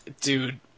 Dude